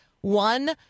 one